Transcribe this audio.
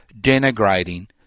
denigrating